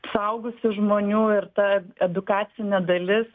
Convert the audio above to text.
suaugusių žmonių ir ta edukacinė dalis